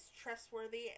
trustworthy